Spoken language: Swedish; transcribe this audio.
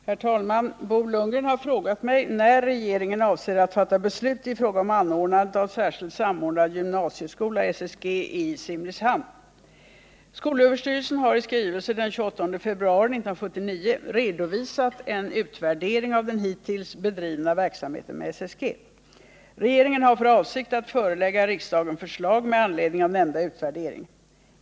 Herr talman! Bo Lundgren har frågat mig när regeringen avser att fatta beslut i fråga om anordnandet av särskild samordnad gymnasieskola i Simrishamn. Skolöverstyrelsen har i skrivelse den 28 februari 1979 redovisat en utvärdering av den hittills bedrivna verksamheten med SSG. Regeringen har för avsikt att förelägga riksdagen förslag med anledning av nämnda utvärdering.